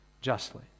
justly